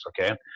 okay